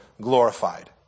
glorified